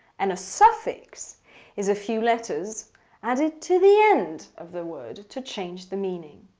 and a suffix is a few letters added to the end of the word to change the meaning.